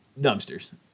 dumpsters